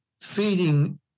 feeding